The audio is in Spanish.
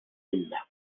isla